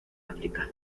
áfrica